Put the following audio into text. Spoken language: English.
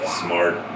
Smart